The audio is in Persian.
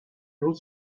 روز